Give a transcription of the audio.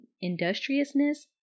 industriousness